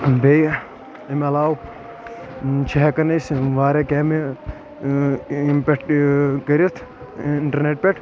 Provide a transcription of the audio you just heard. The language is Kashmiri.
بیٚیہِ امہِ علاوٕ چھِ ہٮ۪کان أسۍ واریاہ کامہِ ییٚمہِ پٮ۪ٹھ کٔرتھ انٹرنیٹ پٮ۪ٹھ